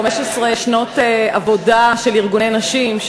15 שנות עבודה של ארגוני נשים,